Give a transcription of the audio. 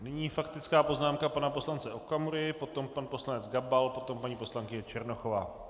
Nyní faktická poznámka pana poslance Okamury, potom pan poslanec Gabal, potom paní poslankyně Černochová.